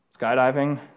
Skydiving